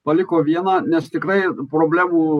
paliko vieną nes tikrai problemų